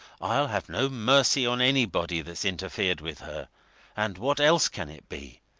i'll have no mercy on anybody that's interfered with her and what else can it be?